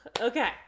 Okay